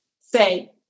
say